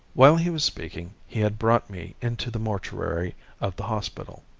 while he was speaking he had brought me into the mortuary of the hospital.